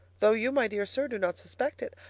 though you, my dear sir, do not suspect it,